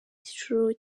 cyiciro